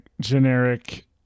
generic